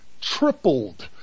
tripled